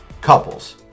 Couples